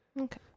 Okay